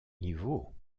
niveau